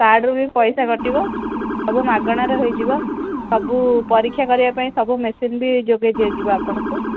କାର୍ଡ଼ରୁ ବି ପଇସା କଟିବ ସବୁ ମାଗଣାରେ ହୋଇଯିବ ସବୁ ପରୀକ୍ଷା କରିବା ପାଇଁ ସବୁ ମେସିନ୍ ବି ଯୋଗାଇ ଦିଆଯିବ ଆପଣଙ୍କୁ